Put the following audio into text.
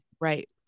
right